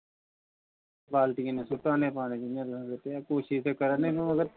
बाल्टी कन्नै सुट्टा नै पानी ते इंया कोशिश ते कराने ना